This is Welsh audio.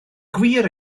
gwir